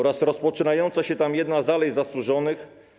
Rozpoczyna się tam jedna z alei zasłużonych.